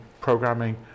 programming